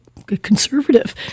conservative